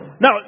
Now